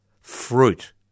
fruit